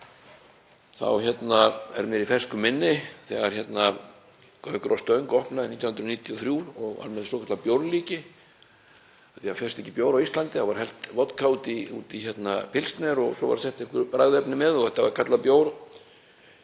þá er mér í fersku minni þegar Gaukur á Stöng opnaði 1983 og var með svokallað bjórlíki. Af því að það fékkst ekki bjór á Íslandi þá var hellt vodka út í pilsner og svo voru sett einhver bragðefni með og þetta var kallað bjór.